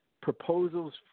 proposals